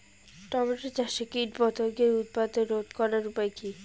Tomato চাষে কীটপতঙ্গের উৎপাত রোধ করার উপায় কী?